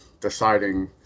deciding